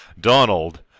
Donald